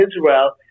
Israel